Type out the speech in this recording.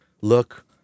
look